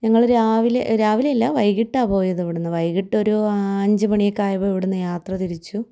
ഞങ്ങള് രാവിലെ രാവിലെയല്ല വൈകിട്ടാ പോയതിവിടെന്ന് വൈകിട്ടൊരു ആഞ്ചുമണിയൊക്കെ ആയപ്പോള് ഇവിടുന്ന് യാത്രതിരിച്ചു